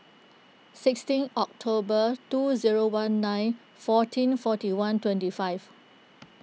sixteen October two zero one nine fourteen forty one twenty five